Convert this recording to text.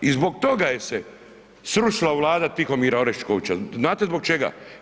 I zbog toga je se srušila vlada Tihomira Oreškovića, znate zbog čega?